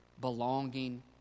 belonging